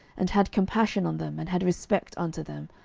and had compassion on them, and had respect unto them,